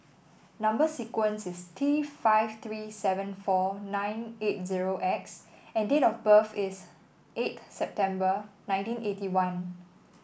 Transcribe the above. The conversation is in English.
number sequence is T five three seven four nine eight zero X and date of birth is eight September nineteen eighty one